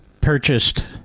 purchased